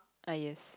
ah yes